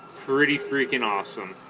pretty freakin awesome